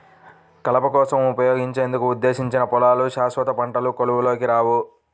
కలప కోసం ఉపయోగించేందుకు ఉద్దేశించిన పొలాలు శాశ్వత పంటల కోవలోకి రావు